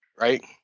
right